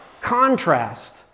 contrast